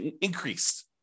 increased